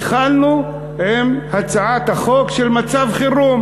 התחלנו עם הצעת החוק של מצב חירום.